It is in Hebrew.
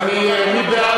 אז מי בעד